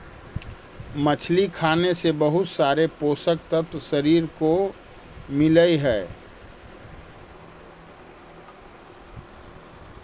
मछली खाने से बहुत सारे पोषक तत्व शरीर को मिलअ हई